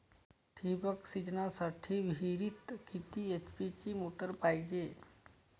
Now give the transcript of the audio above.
ठिबक सिंचनासाठी विहिरीत किती एच.पी ची मोटार पायजे?